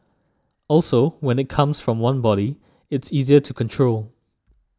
also when it comes from one body it's easier to control